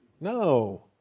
No